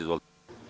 Izvolite.